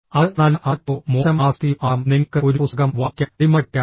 അത് നല്ല ആസക്തിയോ മോശം ആസക്തിയോ ആകാം നിങ്ങൾക്ക് ഒരു പുസ്തകം വായിക്കാൻ അടിമപ്പെട്ടേക്കാം